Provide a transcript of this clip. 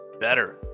better